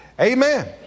Amen